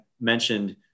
mentioned